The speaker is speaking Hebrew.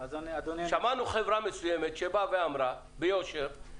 שמענו חברה מסוימת שאמרה ביושר,